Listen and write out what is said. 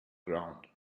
ground